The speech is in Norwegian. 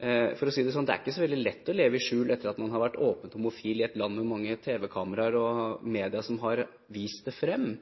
Det er ikke så veldig lett å leve i skjul etter at man har vært åpen homofil i et land med mange tv-kameraer og medier som har vist dette frem,